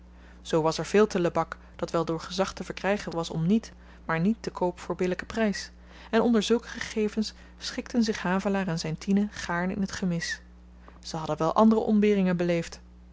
zoo was er veel te lebak dat wel door gezag te verkrygen was om niet maar niet te koop voor billyken prys en onder zulke gegevens schikten zich havelaar en zyn tine gaarne in t gemis ze hadden wel andere ontberingen beleefd